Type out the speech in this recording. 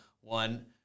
one